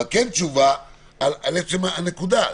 אבל כן תשובה על עצם הנקודה,